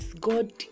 God